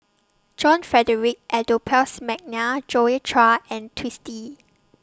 John Frederick Adolphus Mcnair Joi Chua and Twisstii